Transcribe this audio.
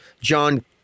John